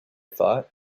thought